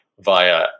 via